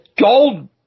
gold